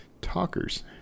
talkers